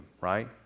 right